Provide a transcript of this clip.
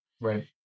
Right